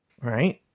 Right